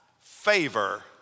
favor